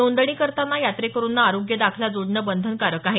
नोंदणी करताना यात्रेकरुंना आरोग्य दाखला जोडणं बंधनकारक आहे